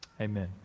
Amen